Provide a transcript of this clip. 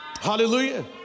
hallelujah